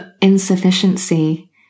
insufficiency